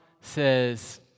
says